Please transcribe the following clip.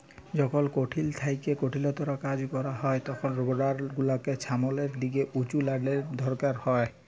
যখল কঠিল থ্যাইকে কঠিলতম কাজ ক্যরা হ্যয় তখল রোডার গুলালের ছামলের দিকে উঁচুটালের দরকার পড়হে